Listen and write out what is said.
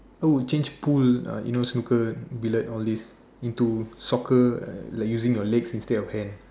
I would change pool uh you know snooker billiard all this into soccer like using your legs instead of hand